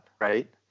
right